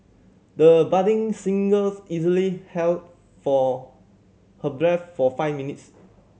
the budding singers easily held for her breath for five minutes